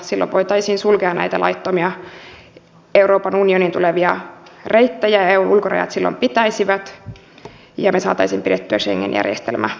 silloin voitaisiin sulkea näitä laittomia euroopan unioniin tulevia reittejä eun ulkorajat silloin pitäisivät ja me saisimme pidettyä schengen järjestelmän pystyssä